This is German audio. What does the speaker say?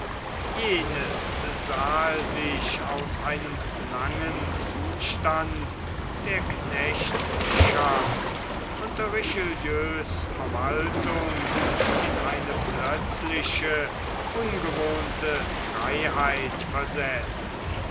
jenes sah sich aus einem langen zustand der knechtschaft unter richelieus verwaltung in eine plötzliche ungewohnte freiheit versetzt